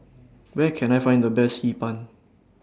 Where Can I Find The Best Hee Pan